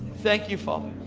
thank you father,